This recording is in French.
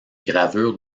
gravures